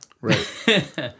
right